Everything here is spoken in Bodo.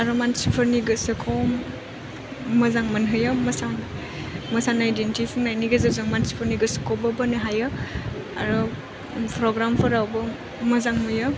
आरो मानसिफोरनि गोसोखौ मोजां मोनहोयो मोसानाय दिन्थिफुंनायनि गेजेरजों मानसिफोरनि गोसोखौबो बोनो हायो आरो प्रग्राम फोरावबो मोजां नुयो